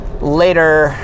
Later